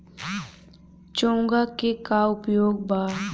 चोंगा के का उपयोग बा?